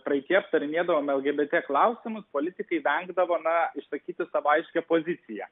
praeityje aptarinėdavom lgbt klausimus politikai vengdavo na išsakyti savo aiškią poziciją